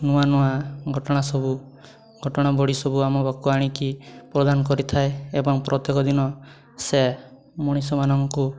ନୂଆ ନୂଆ ଘଟଣା ସବୁ ଘଟଣାବଳୀ ସବୁ ଆମ ପାଖକୁ ଆଣିକି ପ୍ରଦାନ କରିଥାଏ ଏବଂ ପ୍ରତ୍ୟେକ ଦିନ ସେ ମଣିଷମାନଙ୍କୁ